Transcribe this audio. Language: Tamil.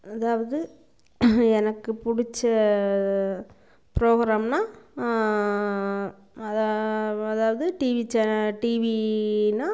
அதாவது எனக்கு பிடிச்ச புரோகிராம்ன்னா அதா அதாவது டிவி சேனல் டிவின்னா